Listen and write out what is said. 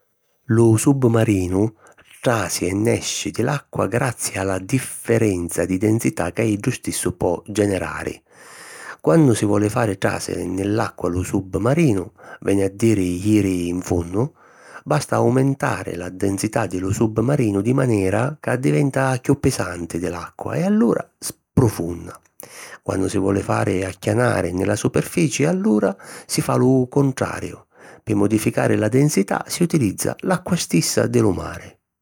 Lu submarinu trasi e nesci di l’acqua grazi a la differenza di densità ca iddu stissu po generari. Quannu si voli fari tràsiri nni l’acqua lu submarinu, veni a diri jiri in funnu, basta aumentari la densità di lu submarinu di manera ca addiventa chiù pisanti di l’acqua e allura sprufunna. Quannu si voli fari acchianari nni la superfici, allura si fa lu cuntrariu, Pi modificari la densità si utilizza l’acqua stissa di lu mari.